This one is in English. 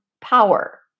power